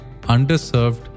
underserved